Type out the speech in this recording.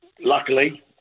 luckily